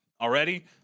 already